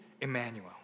Emmanuel